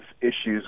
issues